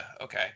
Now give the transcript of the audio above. Okay